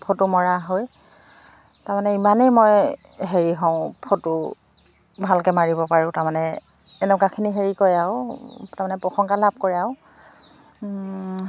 photo মৰা হয় তাৰমানে ইমানেই মই হেৰি হওঁ ফটো ভালকৈ মাৰিব পাৰোঁ তাৰমানে এনেকুৱাখিনি হেৰি কৰে আৰু তাৰমানে প্ৰশংসা লাভ কৰে আৰু